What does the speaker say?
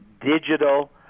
digital